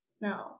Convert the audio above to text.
No